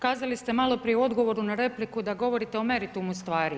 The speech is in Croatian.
Kazali ste malo prije u odgovoru na repliku da govorite o meritumu stvari.